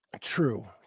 True